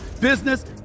business